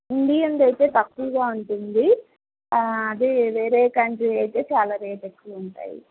ఇండియన్ది అయితే తక్కువగా ఉంటుంది అదే వేరే కంట్రీ అయితే చాలా రేట్ ఎక్కువ ఉంటాయి